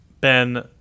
Ben